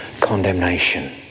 condemnation